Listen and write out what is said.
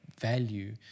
value